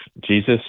jesus